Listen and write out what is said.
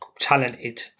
talented